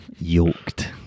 Yoked